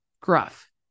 gruff